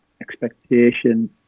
expectation